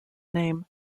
name